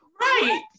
right